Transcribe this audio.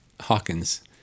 Hawkins